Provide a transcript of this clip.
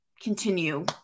continue